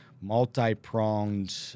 multi-pronged